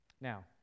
Now